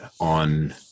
on